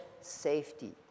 safety